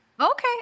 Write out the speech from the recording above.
Okay